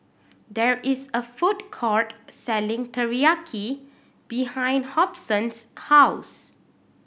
there is a food court selling Teriyaki behind Hobson's house